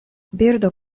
birdo